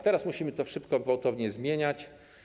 Teraz musimy to szybko, gwałtownie zmieniać.